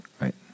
Right